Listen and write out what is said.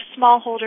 smallholder